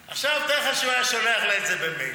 עכשיו, תאר לך שהוא היה שולח לה את זה במייל.